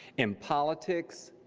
in politics,